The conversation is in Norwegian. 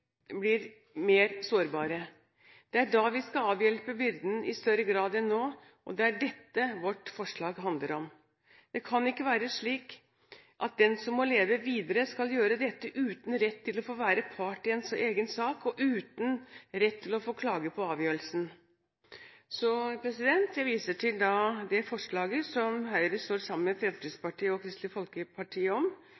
blir mer sårbare, at vi skal avhjelpe byrden i større grad enn nå. Det er dette vårt forslag handler om. Det kan ikke være slik at den som må leve videre, skal gjøre dette uten rett til å få være part i ens egen sak og uten rett til å få klage på avgjørelsen. Jeg viser til det forslaget som Høyre står sammen med